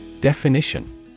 Definition